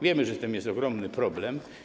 Wiemy, że z tym jest ogromny problem.